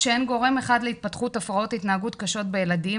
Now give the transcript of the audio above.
שאין גורם אחד להתפתחות הפרעות התנהגות קשות בילדים,